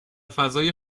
فضای